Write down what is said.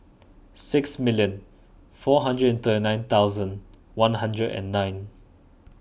six million four hundred and third nine thousand one hundred and nine